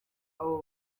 abo